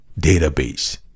database